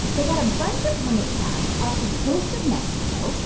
they got a bunch of hermit crabs off the coast of mexico.